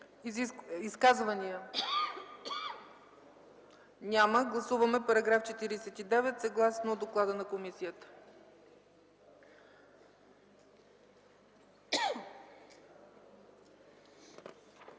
Изказвания? Няма. Гласуваме § 49, съгласно доклада на комисията.